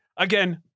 again